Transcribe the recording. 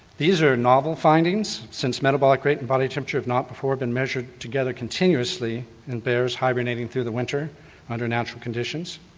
these are novel findings, since metabolic rate and body temperature have not before been measured together continuously in bears hibernating through the winter under natural conditions.